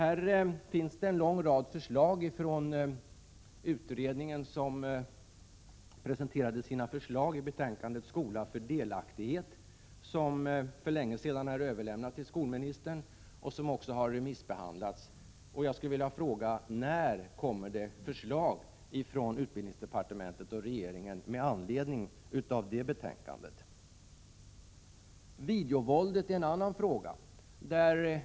En lång rad förslag har presenterats av utredningen i betänkandet Skola för delaktighet, som för länge sedan har överlämnats till skolministern och som också har remissbehandlats. När kommer det förslag från utbildningsdepartementet och regeringen med anledning av det betänkandet? Videovåldet är en annan fråga.